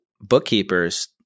bookkeepers